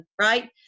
right